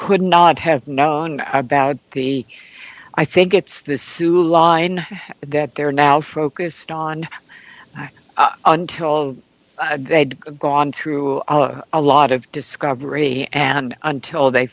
could not have known about the i think it's the sewell line that they're now focused on until they had gone through a lot of discovery and until they